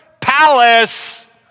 Palace